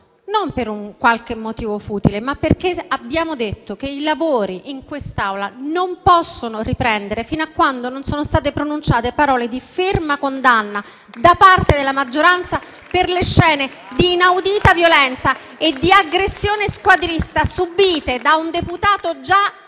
non per un qualche motivo futile, ma perché abbiamo detto che i lavori in quest'Aula non possono riprendere fino a quando non sono state pronunciate parole di ferma condanna da parte della maggioranza per le scene di inaudita violenza e di aggressione squadrista subite da un deputato già